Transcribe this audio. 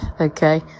okay